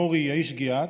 מורי יעיש גיאת,